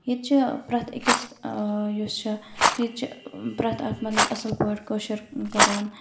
ییٚتہِ چھِ پرٮ۪تھ أکِس آں یُس چھِ ییٚتہِ چھِ پرٮ۪تھ اَکھ مطلب اصٕل پٲٹھۍ کاشُر کَران